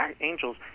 angels